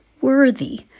worthy